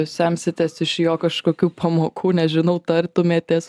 semsitės iš jo kažkokių pamokų nežinau tartumėtės